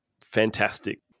Fantastic